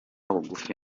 bugufi